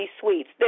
Suites